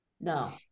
no